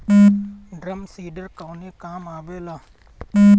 Drum seeder कवने काम में आवेला?